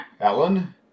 Ellen